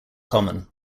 common